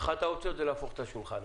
אחת האופציות זה להפוך את השולחן,